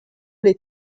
les